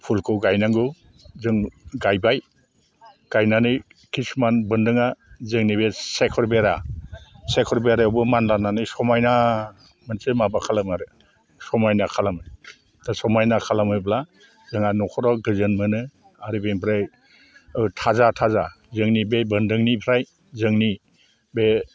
फुलखौ गायनांगौ जों गायबाय गायनानै खिसुमान बोन्दोंआ जोंनि बे सायखर बेरा सायखर बेरायावबो मानलानानै समायना मोनसे माबा खालामो आरो समायना खालामो दा समायना खालामोब्ला जोंहा न'खराव गोजोन मोनो आरो बेनिफ्राय थाजा थाजा जोंनि बे बोन्दोंनिफ्राय जोंनि बे